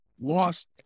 lost